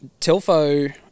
Telfo